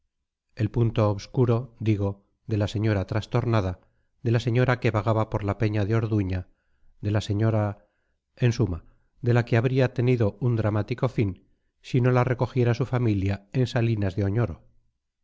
el punto obscuro digo de la señora trastornada de la señora que vagaba por la peña de orduña de la señora en suma de la que habría tenido un dramático fin si no la recogiera su familia en salinas de oñoro